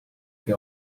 que